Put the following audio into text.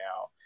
now